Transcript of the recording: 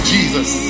Jesus